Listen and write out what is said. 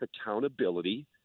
accountability